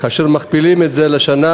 כאשר מכפילים את זה לשנה,